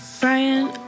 Brian